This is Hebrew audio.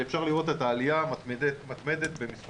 ואפשר לראות את העלייה המתמדת במס'